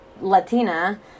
Latina